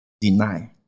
deny